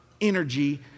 energy